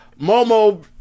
Momo